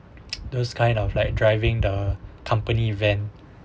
those kind of like driving the company event